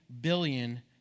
billion